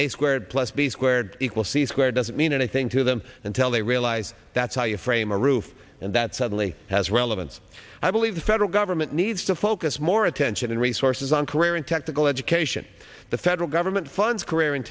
a squared plus b squared equals c squared doesn't mean anything to them until they realize that's how you frame a roof and that suddenly has relevance i believe the federal government needs to focus more attention and resources on career and technical education the federal government funds career in